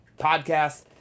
podcast